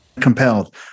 compelled